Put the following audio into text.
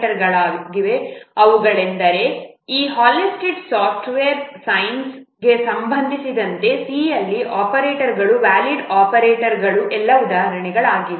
CASE DEFAULT IF ELSE SWITCH WHILE DO FOR GOTO CONTINUE BREAK RETURN and a function name in a function call ಈ ಹಾಲ್ಸ್ಟೆಡ್ನ software ಸೈನ್ಸ್Halstead's software scienceಗೆ ಸಂಬಂಧಿಸಿದಂತೆ C ಯಲ್ಲಿ ಆಪರೇಟರ್ಗಳು valid ಆಪರೇಟರ್ಗಳ ಎಲ್ಲಾ ಉದಾಹರಣೆಗಳಾಗಿವೆ